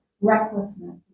Recklessness